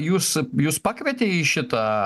jus jus pakvietė į šitą